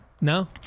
No